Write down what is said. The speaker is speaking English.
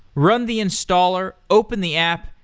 run the installer, open the app,